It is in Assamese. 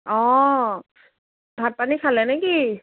অঁ ভাত পানী খালে নেকি